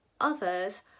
others